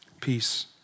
peace